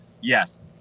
yes